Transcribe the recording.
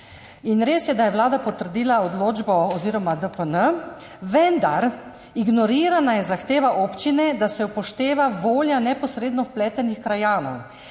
Res je, da je Vlada potrdila odločbo oziroma DPN, vendar je ignorirana zahteva občine, da se upošteva volja neposredno vpletenih krajanov,